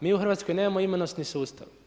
Mi u Hrvatskoj nemamo imunosni sustav.